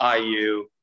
IU